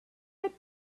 had